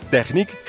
Techniek